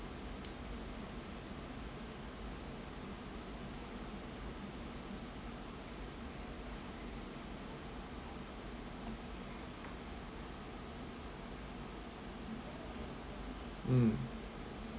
mm